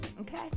Okay